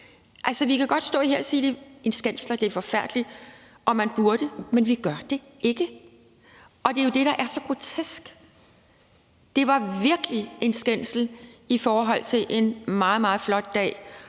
bare. Vi kan godt stå her og sige, at det er en skændsel, og at det er forfærdeligt, og at man burde gøre noget, men vi gør det ikke, og det er jo det, der er så grotesk. Det var virkelig en skændsel på en meget, meget flot dag,